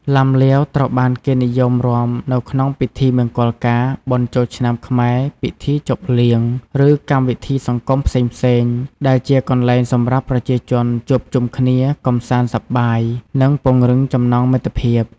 ឡាំលាវត្រូវបានគេនិយមរាំនៅក្នុងពិធីមង្គលការ បុណ្យចូលឆ្នាំខ្មែរ ពិធីជប់លៀង និងកម្មវិធីសង្គមផ្សេងៗ ដែលជាកន្លែងសម្រាប់ប្រជាជនជួបជុំគ្នា កម្សាន្តសប្បាយ និងពង្រឹងចំណងមិត្តភាព។